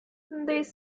these